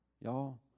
y'all